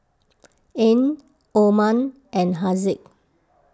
Ain Omar and Haziq